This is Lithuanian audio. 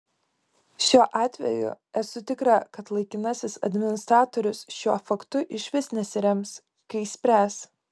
šiuo atveju esu tikra kad laikinasis administratorius šiuo faktu išvis nesirems kai spręs